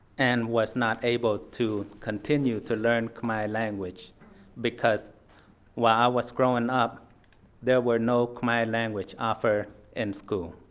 and was not able to continue to learn khmer language because while i was growing up there were no khmer language offer in school.